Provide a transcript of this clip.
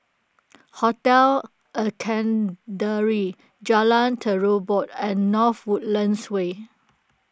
Hotel Jalan Terubok and North Woodlands Way